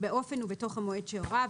באופן ובתוך המועד שהורה,